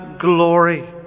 glory